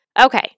Okay